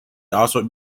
also